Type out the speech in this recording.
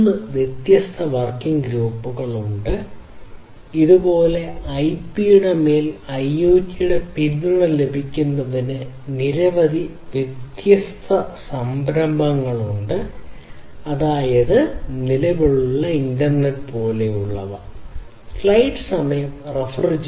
3 വ്യത്യസ്ത വർക്കിംഗ് ഗ്രൂപ്പുകൾ ഉണ്ട് ഇത് പോലെ ഐപിക്ക് മേൽ ഐഒടിയുടെ പിന്തുണ ലഭിക്കുന്നതിന് നിരവധി വ്യത്യസ്ത സംരംഭങ്ങളുണ്ട് അതായത് നിലവിലുള്ള ഇന്റർനെറ്റ്